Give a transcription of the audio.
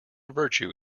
virtue